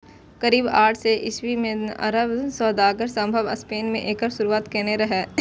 करीब आठ सय ईस्वी मे अरब सौदागर संभवतः स्पेन मे एकर शुरुआत केने रहै